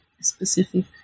specific